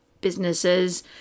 businesses